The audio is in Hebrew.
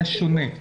זה שונה.